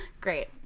Great